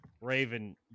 Raven